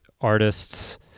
artists